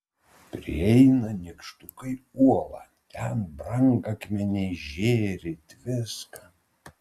prieina nykštukai uolą ten brangakmeniai žėri tviska